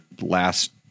last